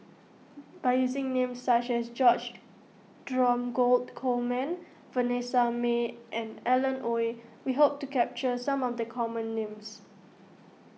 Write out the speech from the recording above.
by using names such as George Dromgold Coleman Vanessa Mae and Alan Oei we hope to capture some of the common names